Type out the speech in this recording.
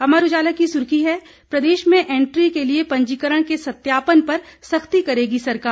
अमर उजाला की सुर्खी है प्रदेश में एंट्री के लिए पंजीकरण के सत्यापन पर सख्ती करेगी सरकार